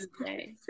Okay